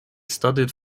studied